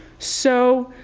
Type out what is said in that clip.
so,